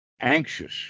anxious